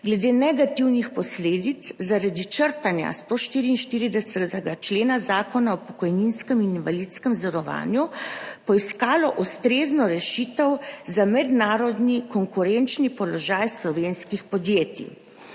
glede negativnih posledic zaradi črtanja 144. člena Zakona o pokojninskem in invalidskem zavarovanju poiskalo ustrezno rešitev za mednarodni konkurenčni položaj slovenskih podjetij,